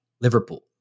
Liverpool